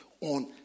on